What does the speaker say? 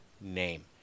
name